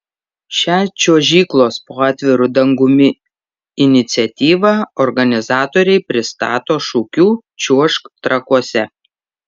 šią čiuožyklos po atviru dangumi iniciatyvą organizatoriai pristato šūkiu čiuožk trakuose